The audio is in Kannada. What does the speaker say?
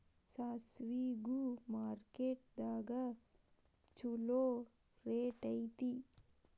ಸಾಸ್ಮಿಗು ಮಾರ್ಕೆಟ್ ದಾಗ ಚುಲೋ ರೆಟ್ ಐತಿ